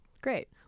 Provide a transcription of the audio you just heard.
Great